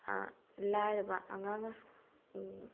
ꯂꯥꯏꯔꯕ ꯑꯉꯥꯡ